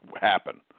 happen